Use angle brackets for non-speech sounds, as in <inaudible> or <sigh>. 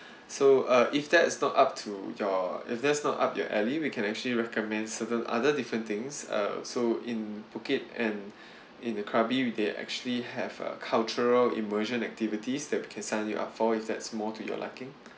so uh if that is not up to your if that's not up your alley we can actually recommend certain other different things uh so in phuket and <breath> in the krabi we they actually have a cultural immersion activities that we can sign you up for if that's more to your liking